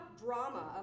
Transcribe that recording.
drama